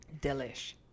delish